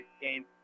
game